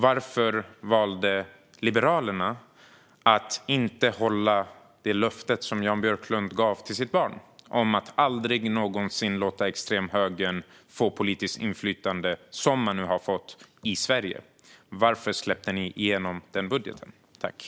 Varför valde Liberalerna att inte hålla det löfte som Jan Björklund hade gett till sitt barn om att aldrig någonsin låta extremhögern få politiskt inflytande, vilket den nu har fått i Sverige? Varför släppte ni igenom en sådan budget?